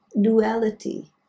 duality